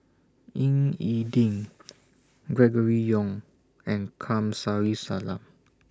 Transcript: Ying E Ding Gregory Yong and Kamsari Salam